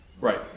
Right